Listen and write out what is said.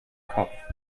kopf